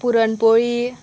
puran poli